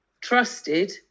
trusted